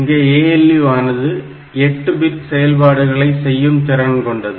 இங்கே ALU ஆனது 8 bit செயல்பாடுகளை செய்யும் திறன் கொண்டது